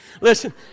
Listen